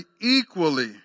equally